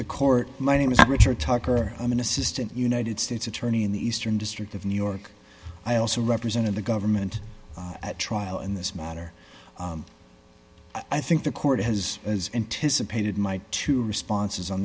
the court my name is richard tucker i'm an assistant united states attorney in the eastern district of new york i also represented the government at trial in this matter i think the court has as anticipated my two responses on